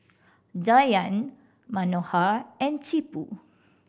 Dhyan Manohar and Tipu